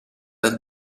del